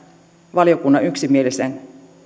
valiokunnan yksimielisen